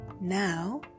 Now